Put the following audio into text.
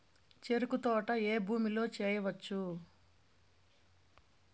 చెరుకు తోట ఏ భూమిలో వేయవచ్చు?